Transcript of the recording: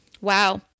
wow